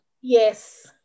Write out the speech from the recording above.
yes